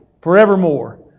forevermore